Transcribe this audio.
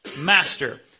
Master